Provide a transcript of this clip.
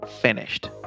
finished